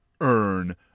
earn